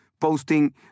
posting